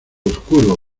oscuro